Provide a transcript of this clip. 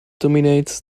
dominates